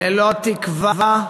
ללא תקווה,